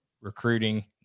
recruiting